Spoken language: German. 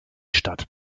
statt